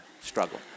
struggle